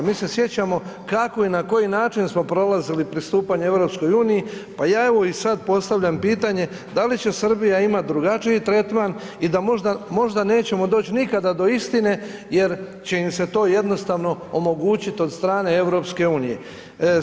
Mi se sjećamo kako i na koji način smo prolazili pristupanje EU-u, pa ja evo i sad postavljam pitanje da li će Srbija mat drugačiji tretman i da možda nećemo doći nikada do istine jer će im se to jednostavno omogućiti od strane EU-a.